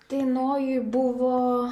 tai nojui buvo